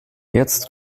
jetzt